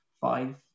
five